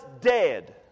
dead